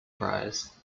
prize